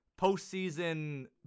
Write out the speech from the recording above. postseason